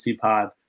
pod